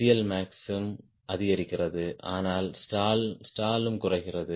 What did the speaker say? எல்மாக்ஸ் அதிகரிக்கிறது ஆனால் ஸ்டாலும் குறைகிறது